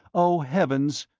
oh, heavens,